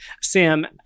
SAM